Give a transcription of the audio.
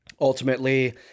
ultimately